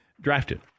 drafted